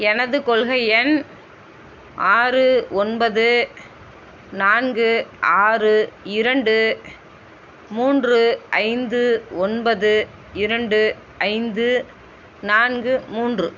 எனது கொள்கை எண் ஆறு ஒன்பது நான்கு ஆறு இரண்டு மூன்று ஐந்து ஒன்பது இரண்டு ஐந்து நான்கு மூன்று